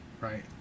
right